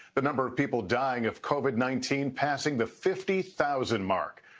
the number of people dying of covid nineteen passing the fifty thousand mark.